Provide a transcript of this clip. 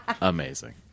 amazing